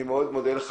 אני מודה לך.